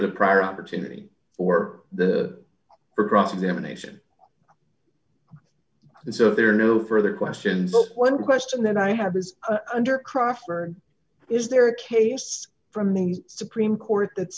was a prior opportunity for the for grants examination and so there are no further questions but one question that i have is under crawford is there a case from the supreme court that